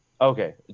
Okay